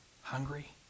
hungry